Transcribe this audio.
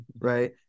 right